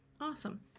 Awesome